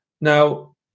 Now